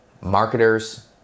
marketers